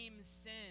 sin